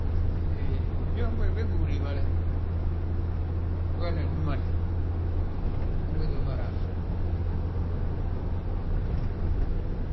He byooŋ be, be gí uriibale, ugeenan númale, ungiti wi ma raanan,